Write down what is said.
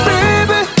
Baby